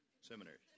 seminaries